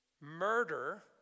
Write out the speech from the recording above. Murder